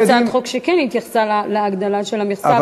הייתה הצעת חוק שכן התייחסה להגדלה של המכסה,